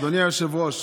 אדוני היושב-ראש,